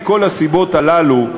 מכל הסיבות האלה,